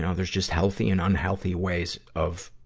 and there's just healthy and unhealthy ways of,